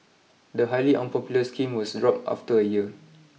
the highly unpopular scheme was dropped after a year